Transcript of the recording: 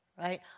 right